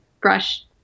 brush